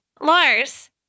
Lars